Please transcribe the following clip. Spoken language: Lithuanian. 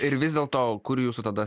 ir vis dėl to kur jūsų tada